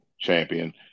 champion